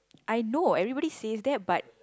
I know everybody says that but